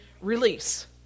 Release